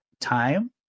time